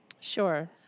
Sure